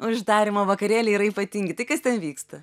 uždarymo vakarėliai yra ypatingi tai kas ten vyksta